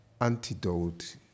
antidote